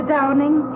Downing